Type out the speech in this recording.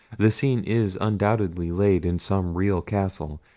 the scene is undoubtedly laid in some real castle.